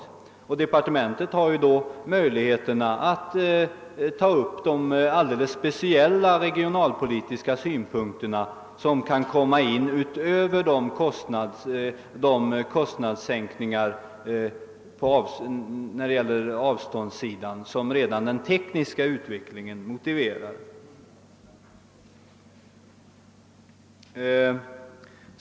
Då har man från departementets sida möjligheter att ta upp de speciella regionalpolitiska synpunkter som kan behöva beaktas utöver de kostnadssänkingar för samtal över långa avstånd som redan den tekniska utvecklingen motiverar.